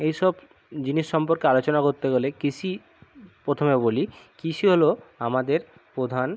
এই সব জিনিস সম্পর্কে আলোচনা করতে গেলে কৃষি প্রথমে বলি কৃষি হলো আমাদের প্রধান